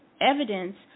evidence